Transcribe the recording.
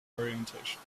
orientation